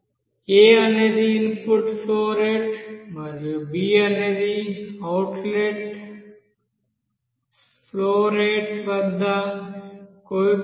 a అనేది input flow rate మరియు b అనేది అవుట్లెట్ ఫ్లో రేటు వద్ద కోఫీసియెంట్